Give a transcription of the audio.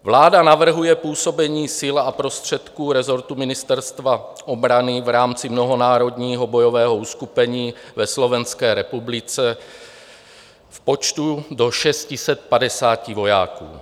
Vláda navrhuje působení sil a prostředků rezortu Ministerstva obrany v rámci mnohonárodního bojového uskupení ve Slovenské republice v počtu do 650 vojáků.